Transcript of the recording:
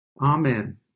Amen